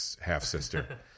half-sister